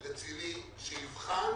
רציני שיבחן